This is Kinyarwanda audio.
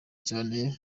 cyane